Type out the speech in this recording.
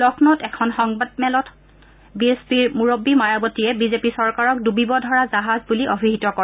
লক্ষ্ণৌত এখন সংবাদ মেলক সন্নোধি বি এছ পিৰ মূৰববী মায়াৱতীয়ে বিজেপি চৰকাৰক ডুবিব ধৰা জাহাজ বুলি অভিহিত কৰে